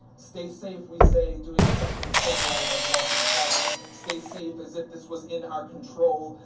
stay safe, we say, doing something simple as walking home. stay safe as if this was in our control.